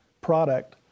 product